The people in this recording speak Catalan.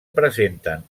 presenten